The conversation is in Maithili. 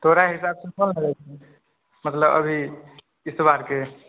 तोरा हिसाब सँ ककरा लगै छै मतलब अभी ईसबार के